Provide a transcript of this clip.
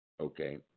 Okay